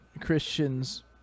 Christians